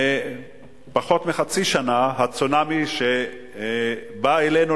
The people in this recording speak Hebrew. לפני פחות מחצי שנה הצונאמי שבא אלינו,